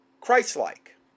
christ-like